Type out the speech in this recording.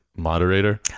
moderator